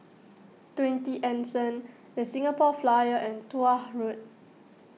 twenty Anson the Singapore Flyer and Tuah Road